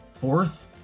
fourth